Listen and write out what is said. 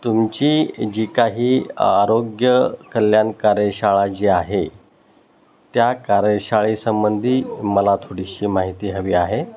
तुमची जी काही आरोग्य कल्याण कार्यशाळा जी आहे त्या कार्यशाळेसंंबंधी मला थोडीशी माहिती हवी आहे